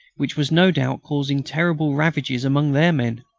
which was no doubt causing terrible ravages among their men.